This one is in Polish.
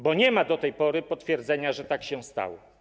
Bo nie ma do tej pory potwierdzenia, że tak się stało.